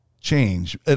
change